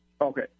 Okay